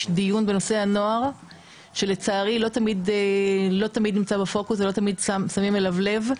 דיון בנושא הנוער שלצערי לא תמיד נמצא בפוקוס ולא תמיד שמים אליו לב.